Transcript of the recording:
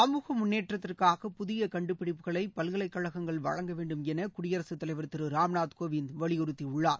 சமூக முன்னேற்றத்திற்காக புதிய கண்டுபிடிப்புகளை பல்கலைக்கழகங்கள் வழங்க வேண்டும் என குடியரசுத் தலைவர் திரு ராம்நாத் கோவிந்த் வலியுறுத்தியுள்ளாா